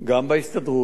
הוועדים,